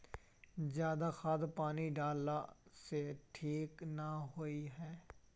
ज्यादा खाद पानी डाला से ठीक ना होए है?